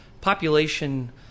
population